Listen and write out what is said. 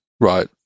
right